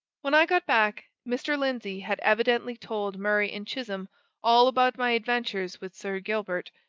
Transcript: when i got back, mr. lindsey had evidently told murray and chisholm all about my adventures with sir gilbert,